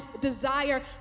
desire